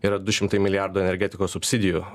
yra du šimtai milijardų energetikos subsidijų